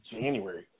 January